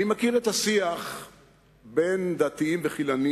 אני מכיר את השיח בין דתיים וחילונים